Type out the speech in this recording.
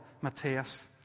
Matthias